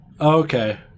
Okay